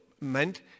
meant